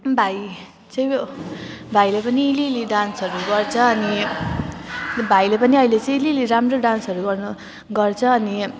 भाइ चाहिँ उयो भाइले पनि अलिअलि डान्सहरू गर्छ अनि भाइले पनि अहिले अलिअलि राम्रो डान्सहरू गर्नु गर्छ अनि